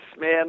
man